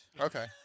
Okay